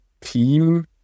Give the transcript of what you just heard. team